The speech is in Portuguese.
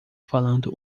falando